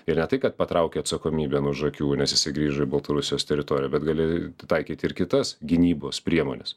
ir ne tai kad patraukia atsakomybėn už akių nes jisai grįžo į baltarusijos teritoriją bet gali taikyti ir kitas gynybos priemones